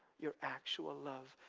your actual love,